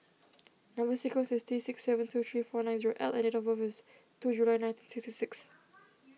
Number Sequence is T six seven two three four nine zero L and date of birth is two July nineteen sixty six